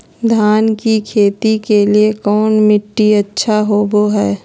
धान की खेती के लिए कौन मिट्टी अच्छा होबो है?